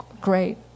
great